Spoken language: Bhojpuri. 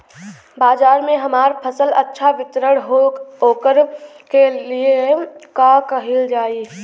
बाजार में हमार फसल अच्छा वितरण हो ओकर लिए का कइलजाला?